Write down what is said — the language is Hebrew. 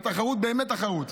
אז התחרות באמת תחרות.